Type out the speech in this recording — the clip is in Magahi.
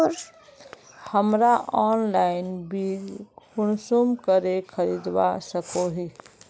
हमरा ऑनलाइन बीज कुंसम करे खरीदवा सको ही?